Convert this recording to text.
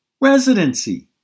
residency